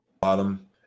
bottom